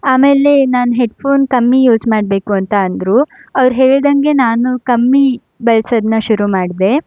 ಆಮೇಲೆ ನಾನು ಹೆಡ್ಫೋನ್ ಕಮ್ಮಿ ಯೂಸ್ ಮಾಡಬೇಕು ಅಂತ ಅಂದರು ಅವರು ಹೆಳ್ದಂಗೆ ನಾನು ಕಮ್ಮಿ ಬಳ್ಸೋದನ್ನ ಶುರು ಮಾಡಿದೆ